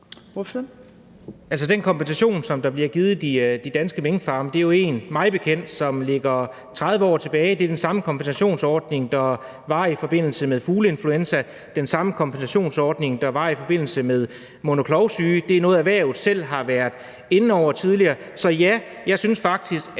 den kompensation, der bliver givet de danske minkfarme, er jo – mig bekendt – en, som ligger 30 år tilbage. Det er den samme kompensationsordning, der var i forbindelse med fugleinfluenza, den samme kompensationsordning, der var i forbindelse med mund- og klovsyge. Det er noget, erhvervet selv har været inde over tidligere, så ja, jeg synes faktisk,